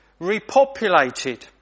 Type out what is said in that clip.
repopulated